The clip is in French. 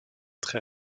très